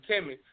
Timmy